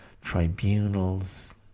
tribunals